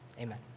amen